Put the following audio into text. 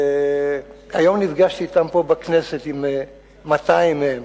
והיום נפגשתי אתם פה בכנסת, עם 200 מהם.